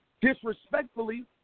disrespectfully